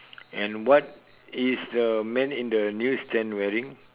and what is the man in the news stand wearing